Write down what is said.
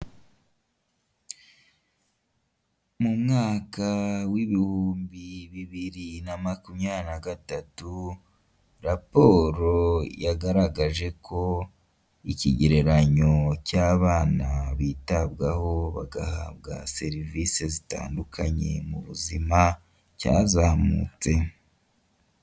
Mu mwaka w ibihumbi bibiri na makumyabiri na gatatu, raporo yagaragaje ko, ikigereranyo cy'abana bitabwaho bagahabwa serivisi zitandukanye mu buzima, cyazamutse.